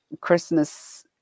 Christmas